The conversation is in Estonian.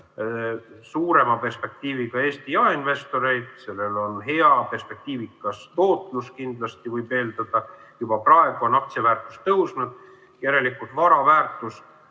suurema perspektiiviga Eesti jaeinvestoreid? Sellel on hea perspektiiviga tootlus kindlasti, võib eeldada, juba praegu on aktsia väärtus tõusnud. Järelikult vara väärtus,